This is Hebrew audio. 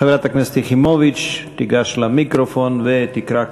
חברת הכנסת יחימוביץ תיגש למיקרופון ותקרא,